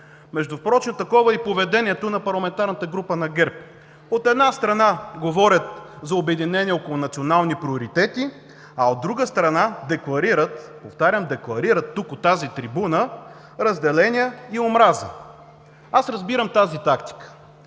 Между впрочем такова е и поведението на парламентарната група на ГЕРБ – от една страна говорят за обединение около национални приоритети, а от друга страна, декларират, повтарям, декларират тук, от тази трибуна, разделение и омраза. Аз разбирам тази тактика.